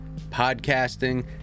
podcasting